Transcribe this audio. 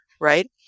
right